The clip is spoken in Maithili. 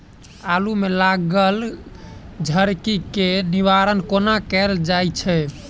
आलु मे लागल झरकी केँ निवारण कोना कैल जाय छै?